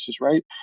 right